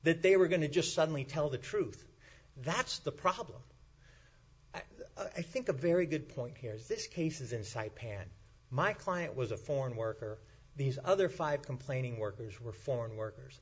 that they were going to just suddenly tell the truth that's the problem i think a very good point here is this cases inside pan my client was a foreign worker these other five complaining workers were foreign workers